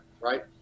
right